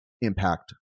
impact